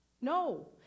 no